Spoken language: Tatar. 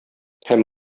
һәм